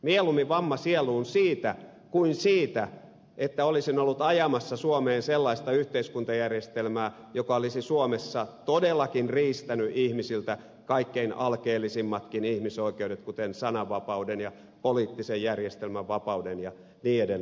mieluummin vamma sieluun siitä kuin siitä että olisin ollut ajamassa suomeen sellaista yhteiskuntajärjestelmää joka olisi suomessa todellakin riistänyt ihmisiltä kaikkein alkeellisimmatkin ihmisoikeudet kuten sananvapauden ja poliittisen järjestelmän vapauden ja niin edelleen